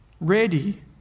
ready